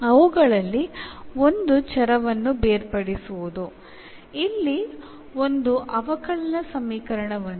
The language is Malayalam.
അവയിലൊന്ന് സെപ്പറേഷൻ ഓഫ് വേരിയബിൾസ് ആണ്